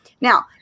Now